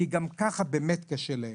כי גם ככה באמת קשה להם.